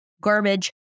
Garbage